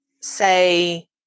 say